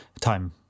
time